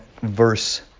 verse